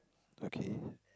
okay